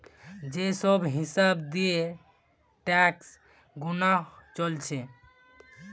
যে সব হিসাব দিয়ে ট্যাক্স গুনা চলছে